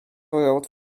wrote